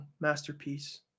masterpiece